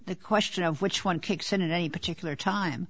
the question of which one kicks in in any particular time